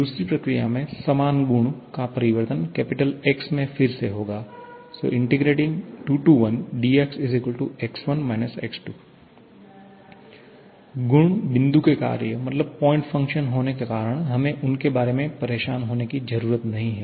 दूसरी प्रक्रिया में समान गुण का परिवर्तन X मे फिर से होगा 21𝑑𝑋 𝑋1 − 𝑋2 गुण बिंदु के कार्य होने के कारण हमें उनके बारे में परेशान होने की जरूरत नहीं है